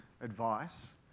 advice